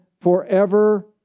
forever